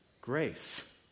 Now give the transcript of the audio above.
Grace